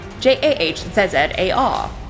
J-A-H-Z-Z-A-R